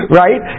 right